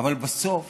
אבל בסוף